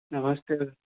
नमस्ते